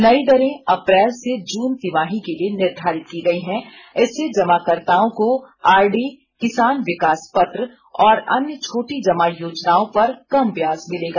नई दरें अप्रैल से जून तिमाही के लिए निर्धारित की गई हैं इससे जमाकर्ताओं को आर डी किसान विकास पत्र और अन्य छोटी जमा योजनाओं पर कम ब्याज मिलेगा